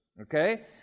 okay